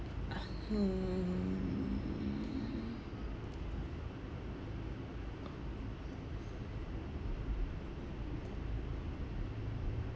mm